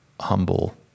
humble